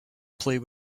play